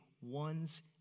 one's